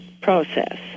process